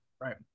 Right